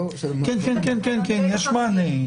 יש מענה.